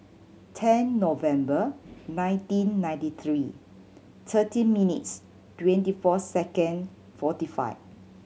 ten November nineteen ninety three thirteen minutes twenty four second forty five